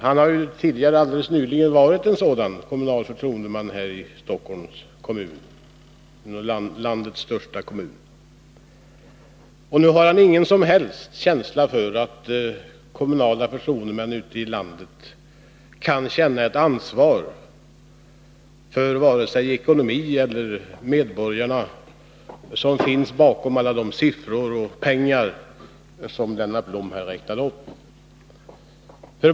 Han har tidigare, alldeles nyligen, varit en sådan kommunal förtroendeman här i Stockholms kommun, landets största kommun. Men nu har han ingen som helst känsla för att kommunala förtroendemän ute i landet kan känna ett ansvar för ekonomi eller för medborgarna, som finns bakom alla de siffror och belopp som Lennart Blom här räknade upp.